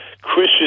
Chris